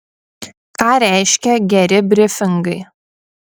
ką reiškia geri brifingai